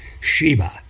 Sheba